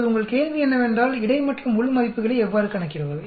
இப்போது உங்கள் கேள்வி என்னவென்றால் இடை மற்றும் உள் மதிப்புகளை எவ்வாறு கணக்கிடுவது